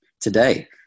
today